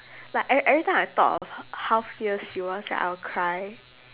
like eve~ everytime I thought of h~ how fierce she was right I will cry